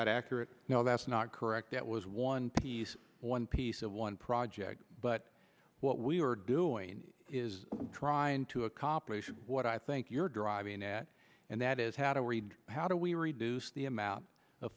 that accurate now that's not correct that was one piece one piece of one project but what we are doing is trying to accomplish what i think you're driving at and that is how do we read how do we reduce the amount of